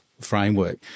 framework